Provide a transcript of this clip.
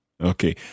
Okay